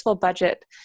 budget